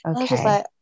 Okay